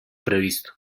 previsto